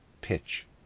pitch